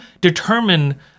determine